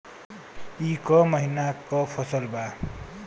ई क महिना क फसल बा?